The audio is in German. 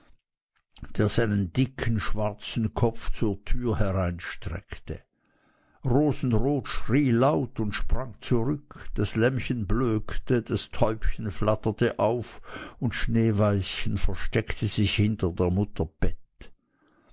der seinen dicken schwarzen kopf zur türe hereinstreckte rosenrot schrie laut und sprang zurück das lämmchen blökte das täubchen flatterte auf und schneeweißchen versteckte sich hinter der mutter bett